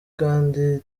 kandi